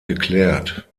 geklärt